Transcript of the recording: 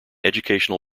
educational